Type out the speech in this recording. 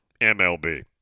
MLB